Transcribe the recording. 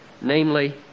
Namely